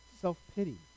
self-pity